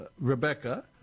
Rebecca